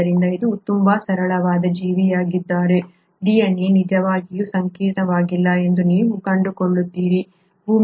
ಆದ್ದರಿಂದ ಇದು ತುಂಬಾ ಸರಳವಾದ ಜೀವಿಯಾಗಿದ್ದರೂ DNA ನಿಜವಾಗಿಯೂ ಸಂಕೀರ್ಣವಾಗಿಲ್ಲ ಎಂದು ನೀವು ಕಂಡುಕೊಳ್ಳುತ್ತೀರಿ